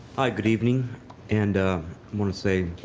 good evening and i want to say